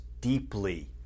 deeply